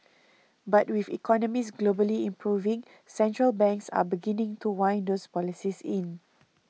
but with economies globally improving central banks are beginning to wind those policies in